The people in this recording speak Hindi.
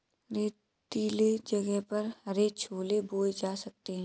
रेतीले जगह पर हरे छोले बोए जा सकते हैं